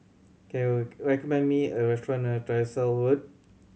can you recommend me a restaurant near Tyersall Road